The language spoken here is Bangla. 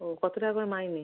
ও কতো টাকা করে মাইনে